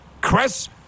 Chris